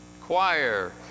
choir